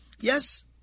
Yes